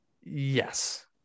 Yes